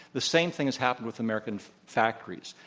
the same thing has happened with american factories.